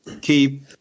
keep